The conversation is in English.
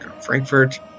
Frankfurt